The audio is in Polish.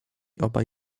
obaj